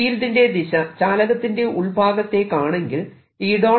ഫീൽഡിന്റെ ദിശ ചാലകത്തിന്റെ ഉൾഭാഗത്തേക്കാണെങ്കിൽ E